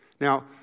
Now